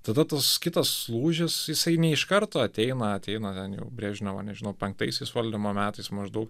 tada tas kitas lūžis jisai ne iš karto ateina ateina jau brežnevo nežinau penktaisiais valdymo metais maždaug